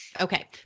Okay